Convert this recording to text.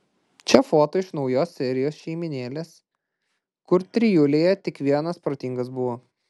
čia foto iš naujos serijos šeimynėlės kur trijulėje tik vienas protingas buvo